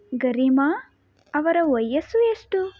ಗರೀಮಾ ಅವರ ವಯಸ್ಸು ಎಷ್ಟು